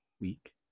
week